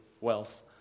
wealth